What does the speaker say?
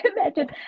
Imagine